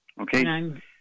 Okay